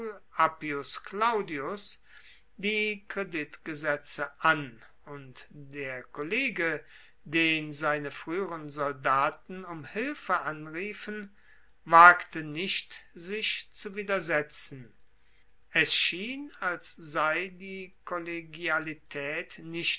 appius claudius die kreditgesetze an und der kollege den seine frueheren soldaten um hilfe anriefen wagte nicht sich zu widersetzen es schien als sei die kollegialitaet nicht